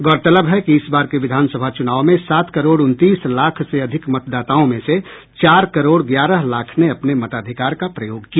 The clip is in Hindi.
गौरतलब है कि इस बार के विधानसभा चुनाव में सात करोड़ उनतीस लाख से अधिक मतदाताओं में से चार करोड़ ग्यारह लाख ने अपने मताधिकार का प्रयोग किया